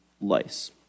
lice